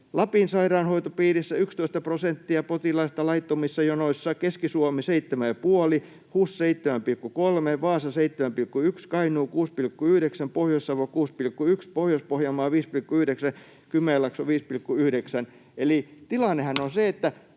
Lapin sairaanhoitopiirissä 11 prosenttia potilaista on laittomissa jonoissa, Keski-Suomi 7,5, HUS 7,3, Vaasa 7,1, Kainuu 6,9, Pohjois-Savo 6,1, Pohjois-Pohjanmaa 5,9 ja Kymenlaakso 5,9. [Puhemies